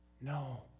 No